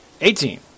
Eighteen